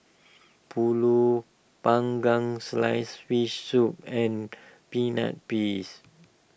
Pulut Panggang Sliced Fish Soup and Peanut Paste